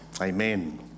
Amen